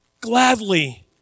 gladly